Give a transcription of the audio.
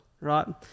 right